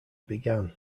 began